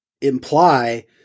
imply